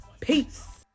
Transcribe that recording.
Peace